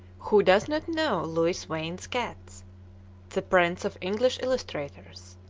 who does not know louis wain's cats that prince of english illustrators.